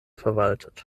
verwaltet